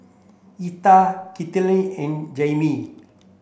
Yetta Citlali and Jaimee